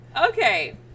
Okay